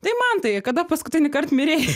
tai mantai kada paskutinįkart mirei